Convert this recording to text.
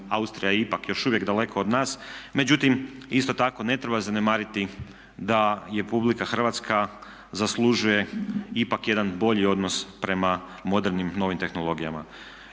Austrija ipak još uvijek daleko od nas, međutim isto tako ne treba zanemariti da je RH zaslužuje ipak jedan bolji odnos prema modernim novim tehnologijama.